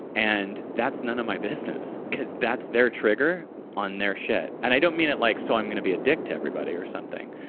and that's none of my business because that's their trigger on their shit. and i don't mean it like so i'm going to be a dick to everybody or something,